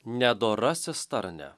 nedorasis tarne